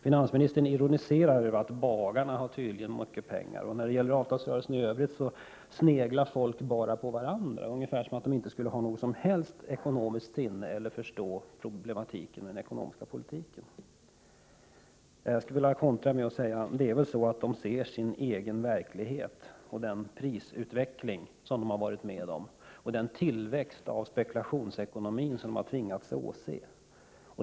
Finansministern ironiserar och säger att bagarna tydligen har mycket pengar och att folk under avtalsrörelsen i övrigt sneglar på varandra, ungefär som om de inte skulle ha något som helst ekonomiskt sinne eller skulle förstå problemen i den ekonomiska politiken. Jag skulle vilja kontra med att säga att de ser sin egen verklighet — den prisutveckling som de har varit med om och den tillväxt i spekulationsekonomi som de har tvingats åse.